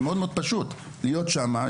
זה מאוד פשוט להיות שמה,